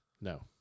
No